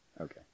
Okay